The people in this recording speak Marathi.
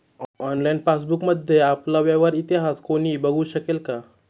ऑनलाइन पासबुकमध्ये आपला व्यवहार इतिहास कोणी बघु शकेल का?